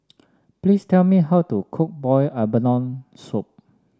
please tell me how to cook Boiled Abalone Soup